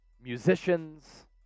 musicians